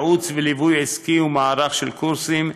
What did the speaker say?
ייעוץ וליווי עסקי ומערך של קורסים,